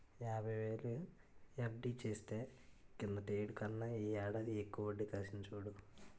యాబైవేలు ఎఫ్.డి చేస్తే కిందటేడు కన్నా ఈ ఏడాది ఎక్కువ వడ్డి కలిసింది చూడు